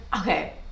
okay